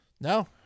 No